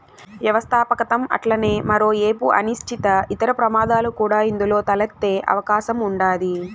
వ్యవస్థాపకతం అట్లనే మరో ఏపు అనిశ్చితి, ఇతర ప్రమాదాలు కూడా ఇందులో తలెత్తే అవకాశం ఉండాది